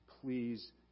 please